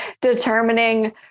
determining